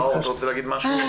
מאור, אתה רוצה להגיד משהו?